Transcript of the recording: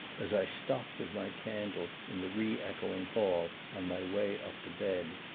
as i stopped with my candle in the re-echoing hall on my way up to bed.